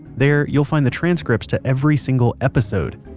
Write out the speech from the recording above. there you'll find the transcripts to every single episode,